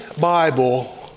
Bible